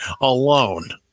alone